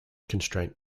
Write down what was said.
constraint